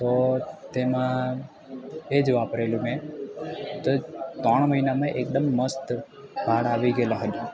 તો તેમાં એ જ વાપરેલું મેં તો ત્રણ મહિનામાં એકદમ મસ્ત વાળ આવી ગએલાં હતાં